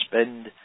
spend